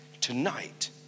tonight